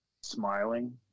smiling